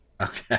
Okay